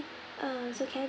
uh so can I